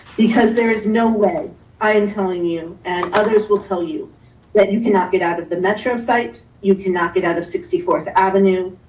because there is no way i am telling you, and others will tell you that you cannot get out of the metro site, you can knock it out of sixty fourth avenue,